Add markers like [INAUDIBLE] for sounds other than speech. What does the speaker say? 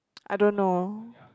[NOISE] I don't know